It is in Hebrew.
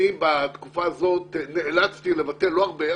בתקופה הזאת נאלצתי לבטל לא הרבה,